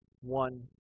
one